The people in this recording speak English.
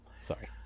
Sorry